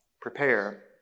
Prepare